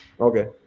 Okay